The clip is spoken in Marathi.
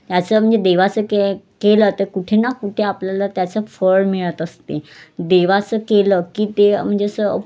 याचं म्हणजे देवाचं के केलं तर कुठे ना कुठे आपल्याला त्याचं फळ मिळत असते देवाचं केलं की ते म्हणजे असं